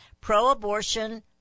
Pro-abortion